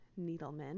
Needleman